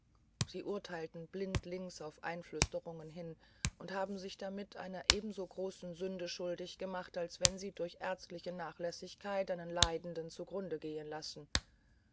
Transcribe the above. sie urteilten blindlings auf einflüsterungen hin und haben sich damit einer ebenso großen sünde schuldig gemacht als wenn sie durch ärztliche nachlässigkeit einen leidenden zu grunde gehen lassen